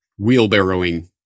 wheelbarrowing